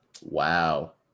Wow